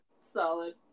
Solid